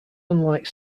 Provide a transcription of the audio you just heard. unlike